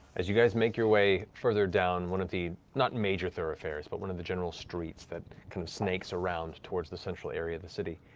as you guys make your way further down one of the, not major thoroughfares, but one of the general streets that kind of snakes around towards the central area of the city,